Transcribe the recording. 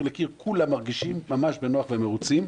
לקיר כולם מרגישים ממש בנוח ומרוצים,